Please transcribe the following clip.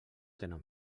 tenen